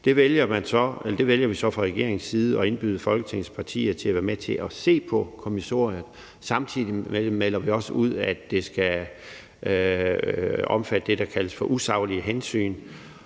Der vælger vi så fra regeringens side at indbyde Folketingets partier til at være med til at se på kommissoriet. Samtidig med det melder vi også ud, at det skal omfatte det, der kaldes for usaglige hensyn.